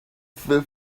for